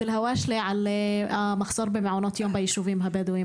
אלהואשלה על מחסור במעונות יום ביישובים הבדואים,